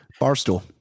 Barstool